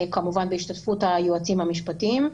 כמובן בהשתתפות היועצים המשפטיים.